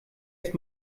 ist